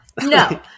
No